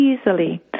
easily